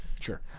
Sure